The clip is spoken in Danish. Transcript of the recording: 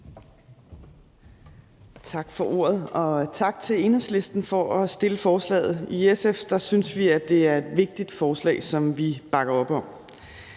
Tak for ordet. Og tak til Enhedslisten for at fremsætte forslaget. I SF synes vi, at det er et vigtigt forslag, som vi bakker op om.